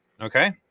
Okay